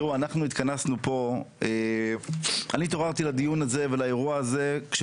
אני התעוררתי לדיון הזה ולאירוע הזה כאשר